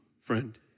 friend